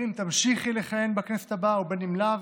אם תמשיכי לכהן בכנסת הבאה ואם לאו,